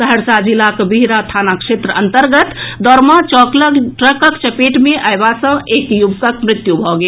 सहरसा जिलाक बिहरा थाना क्षेत्र अंतर्गत दौड़मा चौक लऽग ट्रकक चपेट मे अयबा सॅ एक युवकक मृत्यु भऽ गेल